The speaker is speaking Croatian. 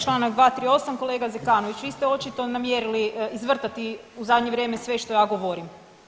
Članak 238., kolega Zekanović vi ste očito namjerili izvrtati u zadnje vrijeme sve što ja govorim.